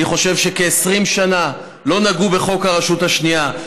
אני חושב שכ-20 שנה לא נגעו בחוק הרשות השנייה.